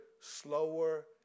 slower